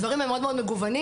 הדברים מאוד מאוד מגוונים.